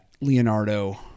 Leonardo